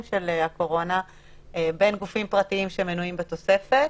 של הקורונה בין גופים פרטיים שמנויים בתוספת